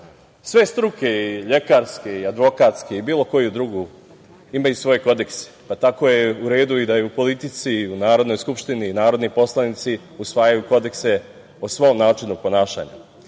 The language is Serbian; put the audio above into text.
Sve struke i lekarske i advokatske i bilo koje druge imaju svoje kodekse, pa tako je u redu da i u politici i u Narodnoj skupštini narodni poslanici usvajaju kodekse o svom načinu ponašanja. Osvrnuću